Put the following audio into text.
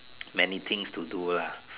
many things to do lah